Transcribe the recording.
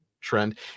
trend